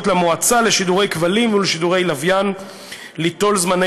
למועצה לשידורי כבלים ולשידורי לוויין ליטול זמני